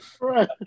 right